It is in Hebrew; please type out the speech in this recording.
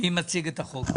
מי מציג את החוק?